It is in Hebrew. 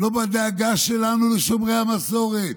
לא בדאגה שלנו לשומרי המסורת,